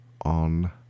on